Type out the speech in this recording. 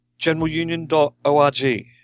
generalunion.org